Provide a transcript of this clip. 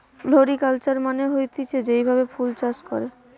floriculture মানে হতিছে যেই ভাবে ফুল চাষ করে